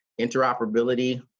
interoperability